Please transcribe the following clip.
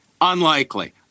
unlikely